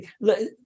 let